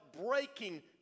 breaking